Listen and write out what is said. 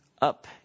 up